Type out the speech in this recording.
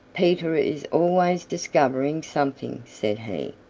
peter is always discovering something, said he.